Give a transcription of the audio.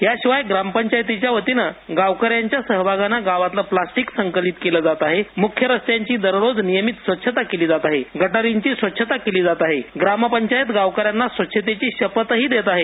याशिवाय ग्रामपंचायतीच्या वतीनं गावकऱ्यांच्या सहभागानं गावातला प्लास्टिक कचराही संकलित केला जात आहे मुख्य रस्त्यांची दररोज नियमित स्वच्छता केली जाते आहे गटारींची स्वच्छता केली जात आहे ग्रामपंचायत गावकऱ्यांना स्वच्छतेची शपथही देत आहे